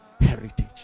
heritage